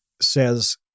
says